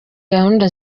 gahunda